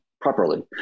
properly